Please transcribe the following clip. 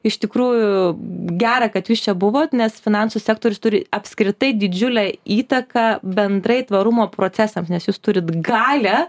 iš tikrųjų gera kad jūs čia buvot nes finansų sektorius turi apskritai didžiulę įtaką bendrai tvarumo procesams nes jūs turit galią